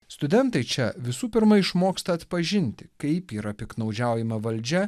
studentai čia visų pirma išmoksta atpažinti kaip yra piktnaudžiaujama valdžia